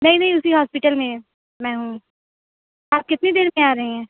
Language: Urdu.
نہیں نہیں اُسی ہاسپٹل میں میں ہوں آپ کتنی دیر میں آ رہے ہیں